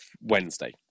Wednesday